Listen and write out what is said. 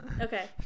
Okay